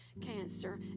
cancer